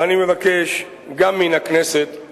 ואני מבקש גם מן הכנסת שהיא תוסר.